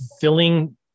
filling